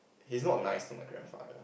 he is not nice to my grandfather